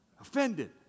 Offended